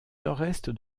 nord